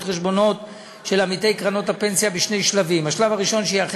חשבונות של עמיתי קרנות הפנסיה בשני שלבים: השלב הראשון,